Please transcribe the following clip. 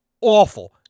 awful